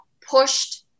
pushed